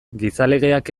gizalegeak